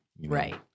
Right